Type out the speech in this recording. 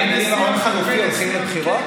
האם בשביל מעון חלופי הולכים לבחירות?